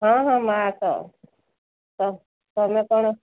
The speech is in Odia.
ହଁ ହଁ ମା' ଆସ ତୁମେ କ'ଣ